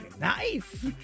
nice